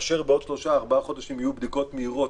כאשר בעוד שלושה-ארבעה חודשים יהיו בדיקות מהירות,